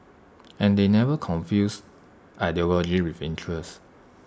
and they never confused ideology with interest